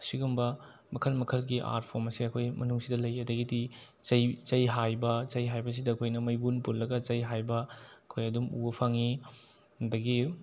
ꯁꯤꯒꯨꯝꯕ ꯃꯈꯜ ꯃꯈꯜꯒꯤ ꯑꯥꯔꯠꯐꯣꯝ ꯑꯁꯦ ꯑꯩꯈꯣꯏ ꯃꯅꯨꯡꯁꯤꯗ ꯂꯩ ꯑꯗꯒꯤꯗꯤ ꯆꯩ ꯆꯩ ꯍꯥꯏꯕ ꯆꯩ ꯍꯥꯏꯕꯁꯤꯗ ꯑꯩꯈꯣꯏꯅ ꯃꯩꯕꯨꯜ ꯄꯨꯜꯂꯒ ꯆꯩ ꯍꯥꯏꯕ ꯑꯩꯈꯣꯏ ꯑꯗꯨꯝ ꯎꯕ ꯐꯪꯉꯤ ꯑꯗꯒꯤ